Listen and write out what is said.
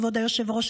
כבוד היושב-ראש,